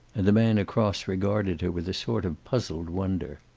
and the man across regarded her with a sort of puzzled wonder.